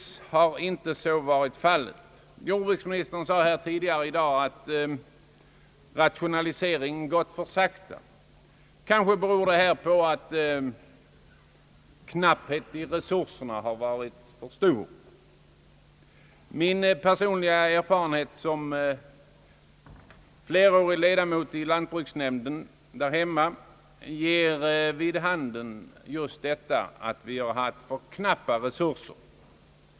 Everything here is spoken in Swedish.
Så har inte varit fallet hittills. Jordbruksministern sade här tidigare i dag att rationaliseringen gått för sakta. Kanske beror det på en knapphet 1 resurserna. Min personliga erfarenhet som flerårig medlem av lantbruksnämnden där hemma ger vid handen att vi har haft alltför knappa resurser.